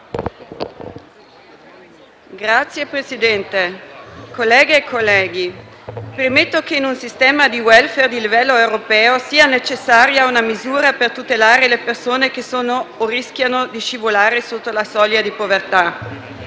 Signor Presidente, colleghe e colleghi, premetto che in un sistema di *welfare* di livello europeo è necessaria una misura per tutelare le persone che sono - o rischiano di scivolare - sotto la soglia di povertà.